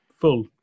full